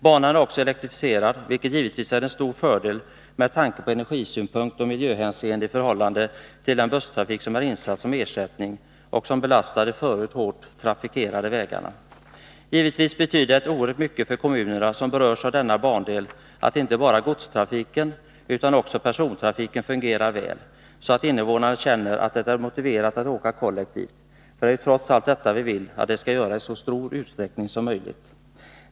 Banan är också elektrifierad, vilket givetvis är en stor fördel ur energisynpunkt och i miljöhänseende jämfört med den busstrafik som är insatt som ersättning och som belastar de förut hårt trafikerade vägarna. Givetvis betyder det oerhört mycket för de kommuner som berörs av denna bandel att inte bara godstrafiken utan också persontrafiken fungerar väl, så att invånarna känner att det är motiverat att åka kollektivt. För det är ju trots allt detta vi vill att de skall göra i så stor utsträckning som möjligt.